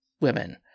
women